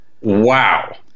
Wow